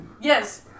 Yes